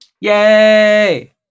Yay